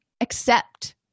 accept